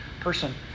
person